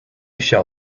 shall